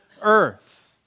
earth